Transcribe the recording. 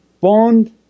bond